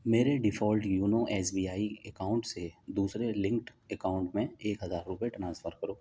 میرے default YONO S B I account سے دوسرے لنکڈ اکاؤنٹ میں ایک ہزار روپئے ٹرانسفر کرو